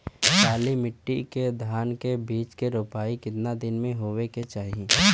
काली मिट्टी के धान के बिज के रूपाई कितना दिन मे होवे के चाही?